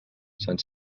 sant